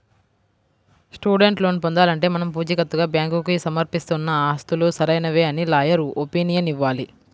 student loan పొందాలంటే మనం పుచీకత్తుగా బ్యాంకుకు సమర్పిస్తున్న ఆస్తులు సరైనవే అని లాయర్ ఒపీనియన్ ఇవ్వాలి